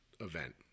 event